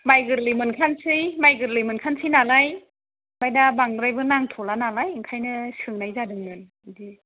माइ गोरलै मोनखानोसै माइ गोरलै मोनखानोसै नालाय ओमफ्राय दा बांद्रायबो नांथ'ला नालाय ओंखायनो सोंनाय जादोंमोन बिदि